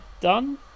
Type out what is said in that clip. done